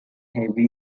heavy